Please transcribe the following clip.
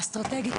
אסטרטגית,